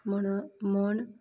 म्हणून म्हण